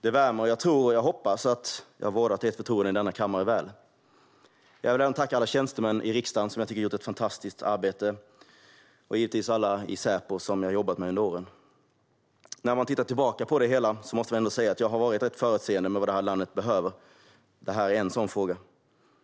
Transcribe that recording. Det värmer, och jag hoppas och tror att jag har vårdat ert förtroende väl i denna kammare. Jag vill även tacka alla tjänstemän i riksdagen, som jag tycker har gjort ett fantastiskt arbete, och givetvis alla i Säpo som jag har jobbat med under åren. När man tittar tillbaka på det hela måste man ändå säga att jag har varit rätt förutseende när det gäller vad det här landet behöver. Detta är en sådan fråga.